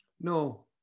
No